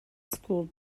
school